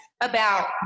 about-